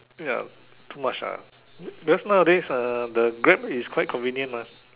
ya too much ah be~ because nowadays uh the Grab is quite convenient mah